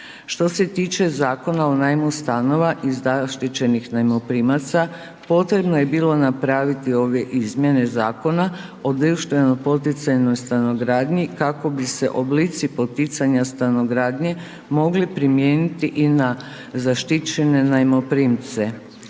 Što se tiče Zakona o najmu stanova i zaštićenih najmoprimaca, potrebno je bilo napraviti ove izmjene Zakona o društvenoj poticajnoj stanogradnji kako bi se oblici poticanja stanogradnje mogli primijeniti i na zaštićene najmoprimce.